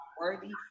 worthy